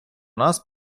нас